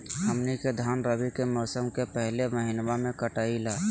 हमनी के धान रवि के मौसम के पहले महिनवा में कटाई ला